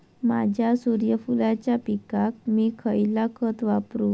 माझ्या सूर्यफुलाच्या पिकाक मी खयला खत वापरू?